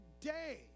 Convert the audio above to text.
today